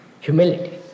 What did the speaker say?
humility